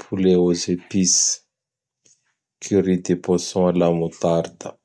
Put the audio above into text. Poulet aux épices, Currry de poisson à la moutarde.